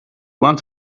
one